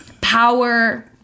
power